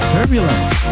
Turbulence